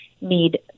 need